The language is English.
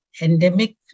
endemic